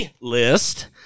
list